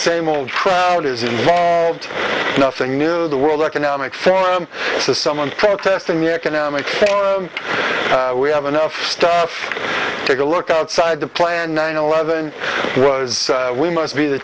same old crowd is involved nothing new the world economic forum someone protesting the economic we have enough stuff take a look outside the plan nine eleven was we must be the